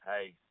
Hey